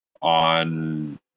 on